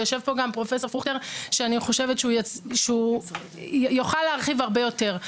ויושב פה גם פרופ' פרוכטר שאני חושבת שהוא יוכל להרחיב הרבה יותר.